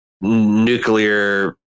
nuclear